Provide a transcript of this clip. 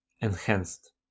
enhanced